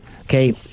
Okay